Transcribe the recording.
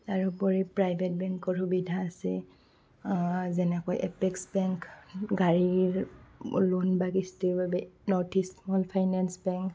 তাৰোপৰি প্ৰাইভেট বেংকৰ সুবিধা আছে যেনেকৈ এপেক্স বেংক গাড়ীৰ লোন বা কিস্তিৰ বাবে North East small finance bank